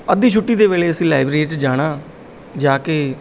ਅੱਧੀ ਛੁੱਟੀ ਦੇ ਵੇਲੇ ਅਸੀਂ ਲਾਇਬ੍ਰੇਰੀ 'ਚ ਜਾਣਾ ਜਾ ਕੇ